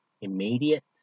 immediate